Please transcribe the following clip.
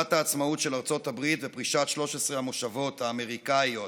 הכרזת העצמאות של ארצות הברית ופרישת 13 המושבות האמריקאיות